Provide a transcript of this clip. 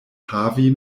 havi